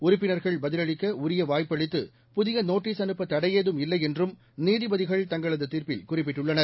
உறுப்பினர்கள் பதிலளிக்க உரிய வாய்ப்பளித்து புதிய நோட்டீஸ் அனுப்ப தடையேதும் இல்லை என்றும் நீதிபதிகள் தங்களது தீர்ப்பில் குறிப்பிட்டுள்ளனர்